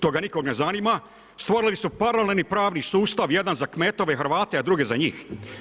To nikoga ne zanima, stvorili su paralelni pravni sustav, jedan za kmetove, Hrvate, a druge za njih.